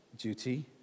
duty